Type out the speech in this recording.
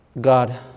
God